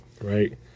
Right